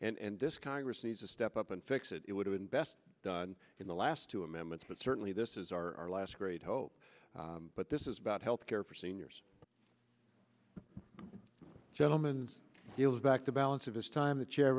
issue and this congress needs to step up and fix it would have been best done in the last two amendments but certainly this is our last great hope but this is about health care for seniors gentlemens deals back the balance of his time the chair